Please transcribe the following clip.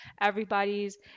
everybody's